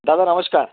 दादा नमस्कार